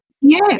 Yes